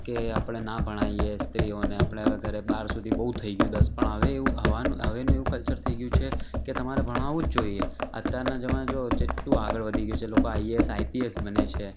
કે આપણે ના ભણાઈએ સ્ત્રીઓને આપણે હવે ઘરે બાર સુધી બહુ થઈ ગયું દસ પણ હવે એવું હવેનું હવેનું એવું કલ્ચર થઈ ગયું છે કે તમારે ભણાવવું જ જોઈએ અત્યારના જમાનામાં જોવો કેટલું આગળ વધી ગયું છે લોકો આઈએએસ આઈપીએસ બને છે